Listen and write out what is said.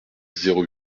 zéro